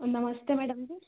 नमस्ते मैडम जी